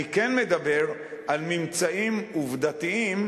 אני כן מדבר על ממצאים עובדתיים,